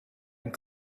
and